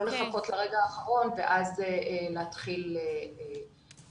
לא לחכות לרגע האחרון ואז להתחיל לפעול.